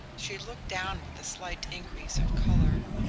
she looked down with a slight increase of colour.